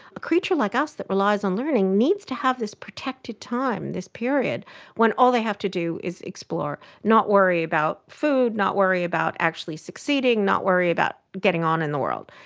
a creature like us that relies on learning needs to have this protected time, this period when all they have to do is explore, not worry about food, not worry about actually succeeding, not worry about getting on in the world.